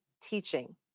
teaching